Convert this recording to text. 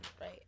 right